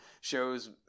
shows